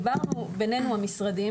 דיברנו בינינו המשרדים,